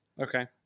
okay